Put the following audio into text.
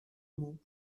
μου